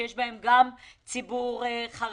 שיש בהן גם ציבור חרדי,